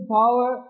power